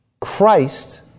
Christ